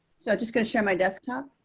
so just going to share my desktop.